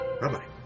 Bye-bye